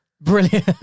Brilliant